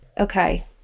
Okay